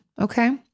Okay